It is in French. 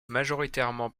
majoritairement